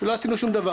בזה לא עשינו שום דבר.